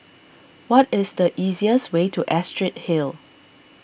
what is the easiest way to Astrid Hill